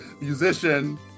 musician